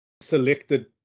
selected